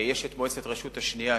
יש מועצת הרשות השנייה,